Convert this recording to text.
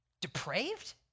depraved